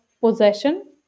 possession